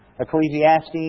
Ecclesiastes